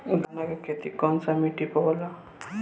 चन्ना के खेती कौन सा मिट्टी पर होला?